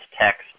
text